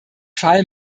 fall